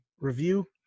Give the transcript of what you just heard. review